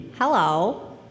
Hello